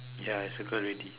ya I circle already